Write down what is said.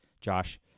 Josh